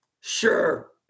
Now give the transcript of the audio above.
Sure